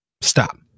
stop